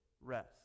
rest